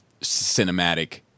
cinematic